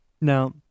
Now